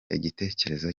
igitekerezo